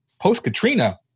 post-Katrina